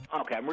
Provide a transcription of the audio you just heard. Okay